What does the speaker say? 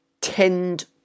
tend